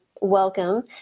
welcome